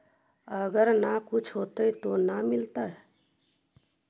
अगर न कुछ होता तो न मिलता?